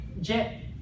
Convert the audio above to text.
Jet